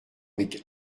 avec